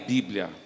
Bíblia